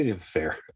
fair